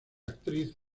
actriz